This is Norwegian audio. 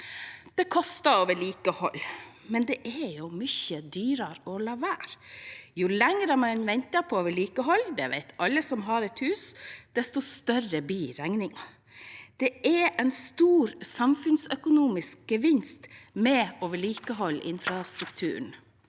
Det koster å vedlikeholde, men det er mye dyrere å la være. Jo lenger en venter på vedlikehold – dette vet alle som har et hus – desto større blir regningen. Det er en stor samfunnsøkonomisk gevinst ved å vedlikeholde infrastrukturen.